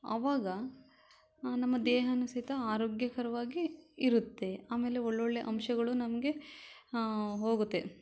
ಅವಾಗ ನಮ್ಮ ದೇಹಾನೂ ಸಹಿತ ಆರೋಗ್ಯಕರವಾಗಿ ಇರುತ್ತೆ ಆಮೇಲೆ ಒಳ್ಳೊಳ್ಳೆಯ ಅಂಶಗಳು ನಮಗೆ ಹೋಗುತ್ತೆ